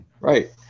Right